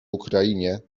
ukrainie